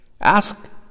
Ask